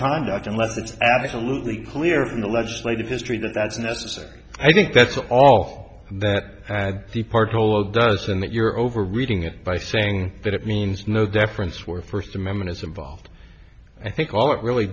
conduct unless it's absolutely clear in the legislative history that that's necessary i think that's all that the part all does and that you're over reading it by saying that it means no difference where first amendment is involved i think all it really